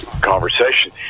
conversation